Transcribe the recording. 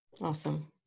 awesome